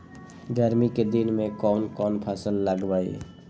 गर्मी के दिन में कौन कौन फसल लगबई?